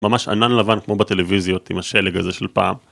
ממש ענן לבן כמו בטלוויזיות עם השלג הזה של פעם.